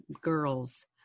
girls